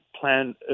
plan